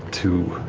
to